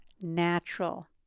natural